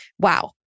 Wow